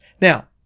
Now